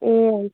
ए हजुर